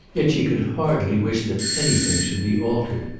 yet she could hardly wish that anything should be altered.